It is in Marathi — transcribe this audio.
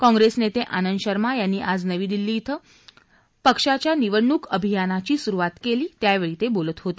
काँग्रेस नेता आनंद शर्मा यांनी आज नवी दिल्ली इथं पक्षाच्या निवडणूक अभियानाची सुरुवात झाली त्यावेळी ते बोलत होते